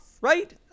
right